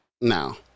No